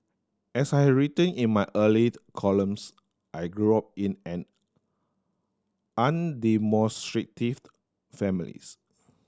as I had written in my earlier columns I grew up in an undemonstrative families